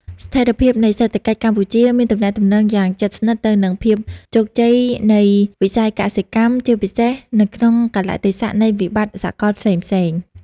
ស្ថិរភាពនៃសេដ្ឋកិច្ចកម្ពុជាមានទំនាក់ទំនងយ៉ាងជិតស្និទ្ធទៅនឹងភាពជោគជ័យនៃវិស័យកសិកម្ម ជាពិសេសនៅក្នុងកាលៈទេសៈនៃវិបត្តិសកលផ្សេងៗ។